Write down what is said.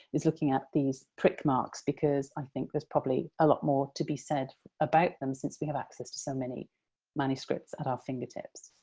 is looking at these prick marks, because i think there's probably a lot more to be said about them, since we have access to so many manuscripts at our fingertips.